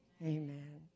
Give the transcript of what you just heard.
Amen